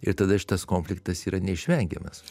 ir tada šitas konfliktas yra neišvengiamas